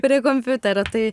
prie kompiuterio tai